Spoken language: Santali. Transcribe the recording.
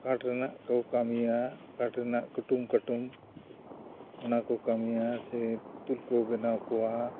ᱠᱟᱴ ᱨᱮᱱᱟᱜ ᱠᱚ ᱠᱟᱹᱢᱤᱭᱟ ᱠᱟᱴ ᱨᱮᱱᱟᱜ ᱠᱩᱴᱩᱢ ᱠᱟᱹᱴᱩᱢ ᱚᱱᱟ ᱠᱚ ᱠᱟᱹᱢᱤᱭᱟ ᱥᱮ ᱯᱩᱛᱩᱞ ᱠᱚ ᱵᱮᱱᱟᱣ ᱠᱟᱣᱟ